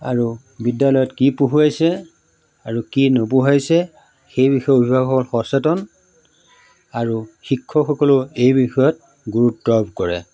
আৰু বিদ্যালয়ত কি পঢ়ুৱাইছে আৰু কি নপঢ়াইছে সেই বিষয়ে অভিভাৱকসকল সচেতন আৰু শিক্ষকসকলেও এই বিষয়ত গুৰুত্ব আৰোপ কৰে